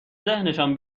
ذهنشان